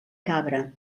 cabra